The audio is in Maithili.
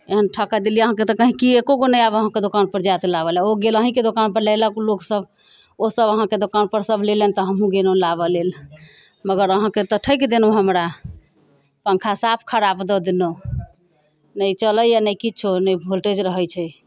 एहन ठक देलियै तऽ अहाँकेँ तऽ गैहकी एको गो नहि आब अहाँकेँ दोकान पर जायत लाबे लऽ ओ गेल अहिँके दोकान पर लै लऽ लोकसब ओसब अहाँकेँ दोकान पर सब लेलनि तऽ हम हमहुँ गेलहूं लाबऽ लेल मगर अहाँकेँ तऽ ठकि देलहुँ हमरा पङ्खा साफ खराब दऽ देलहुँ नहि चलैया नहि किछु नहि वोल्टेज रहैत छै